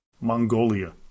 Mongolia